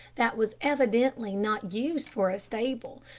that was evidently not used for a stable,